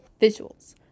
visuals